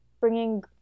bringing